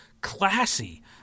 classy